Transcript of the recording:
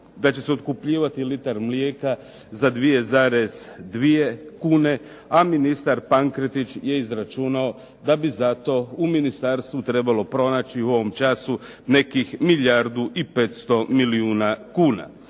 da će se otkupljivati litra mlijeka za 2,2 kune a ministar Pankretić je izračunao da bi zato u ministarstvu trebalo pronaći u ovom času nekih milijardu i 500 milijuna kuna.